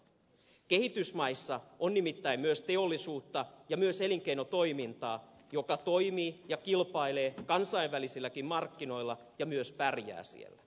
kehitysmaissa on nimittäin myös teollisuutta ja elinkeinotoimintaa joka toimii ja kilpailee kansainvälisilläkin markkinoilla ja myös pärjää siellä